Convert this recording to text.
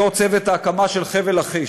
יו"ר צוות ההקמה של חבל לכיש.